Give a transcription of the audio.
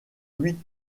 huit